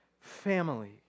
family